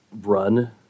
run